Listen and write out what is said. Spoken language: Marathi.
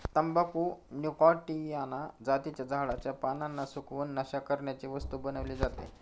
तंबाखू निकॉटीयाना जातीच्या झाडाच्या पानांना सुकवून, नशा करण्याची वस्तू बनवली जाते